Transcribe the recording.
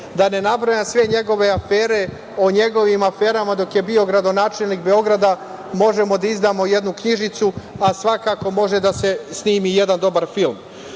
Da ne nabrajam sve njegove afere. O njegovim aferama, dok je bio gradonačelnik Beograda možemo da izdamo jednu knjižicu, a svakako može da se snimi jedan dobar film. Drugo